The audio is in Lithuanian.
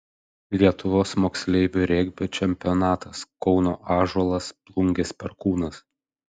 lietuvos moksleivių regbio čempionatas kauno ąžuolas plungės perkūnas